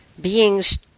beings